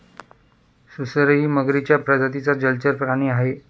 सुसरही मगरीच्या प्रजातीचा जलचर प्राणी आहे